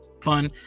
fun